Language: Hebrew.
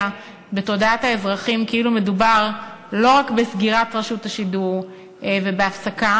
בתודעת האזרחים כאילו מדובר לא רק בסגירת רשות השידור ובהפסקה,